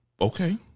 Okay